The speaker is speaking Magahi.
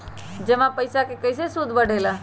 जमा पईसा के कइसे सूद बढे ला?